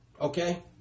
Okay